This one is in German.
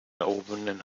erhobenen